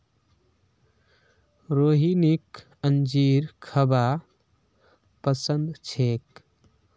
रोहिणीक अंजीर खाबा पसंद छेक